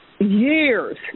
Years